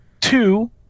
two